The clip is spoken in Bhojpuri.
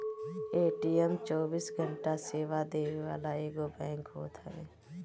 ए.टी.एम चौबीसों घंटा सेवा देवे वाला एगो बैंक होत हवे